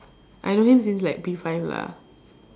I know him since like P five lah